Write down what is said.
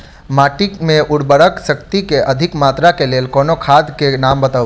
माटि मे उर्वरक शक्ति केँ अधिक मात्रा केँ लेल कोनो खाद केँ नाम बताऊ?